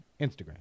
Instagram